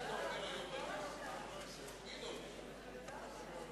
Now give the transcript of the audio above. גברתי יושבת-ראש האופוזיציה,